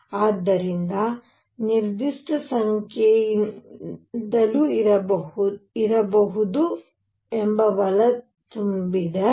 ಆದ್ದರಿಂದ ನಿರ್ದಿಷ್ಟ ಸಂಖ್ಯೆಯಿರಬಹುದು ಬಲ ತುಂಬಿದೆ